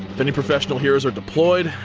if any professional heroes are deployed,